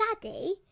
Daddy